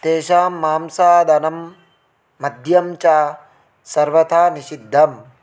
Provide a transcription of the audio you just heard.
तेषां मांसादनं मद्यं च सर्वथा निषिद्धम्